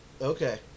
Okay